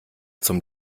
zum